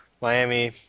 miami